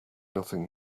nothing